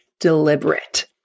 deliberate